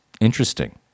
Interesting